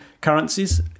currencies